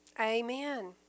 Amen